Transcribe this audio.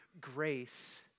grace